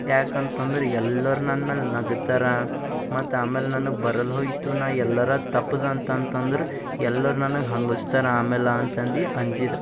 ಯಾಕಂತಂದರೆ ಈಗ ಎಲ್ಲರು ನನ್ಮೇಲೆ ನಗುತ್ತಾರ ಮತ್ತು ಆಮೇಲೆ ನನಗೆ ಬರಲ್ಹೋಯ್ತು ನಾ ಎಲ್ಲರ ತಪ್ಪದೆ ಅಂತಂತಂದರೆ ಎಲ್ಲಾರು ನನಗೆ ಹಂಗಸ್ತರೆ ಆಮೇಲಾ ಅಂತಂದು ಅಂಜಿದೆ